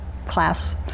class